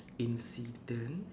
incident